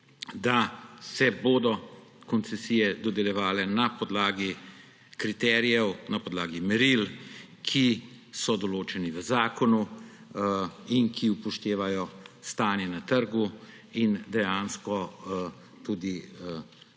da se bodo koncesije dodeljevale na podlagi kriterijev, na podlagi meril, ki so določena v zakonu in ki upoštevajo stanje na trgu in dejansko tudi to,